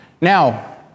Now